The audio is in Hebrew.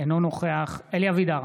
אינו נוכח אלי אבידר,